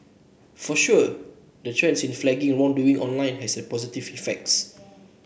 for sure the trend in flagging wrongdoing online has had positive effects